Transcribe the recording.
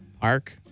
Park